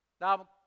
Now